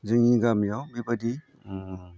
जोंनि गामियाव बेबायदि